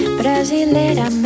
brasileira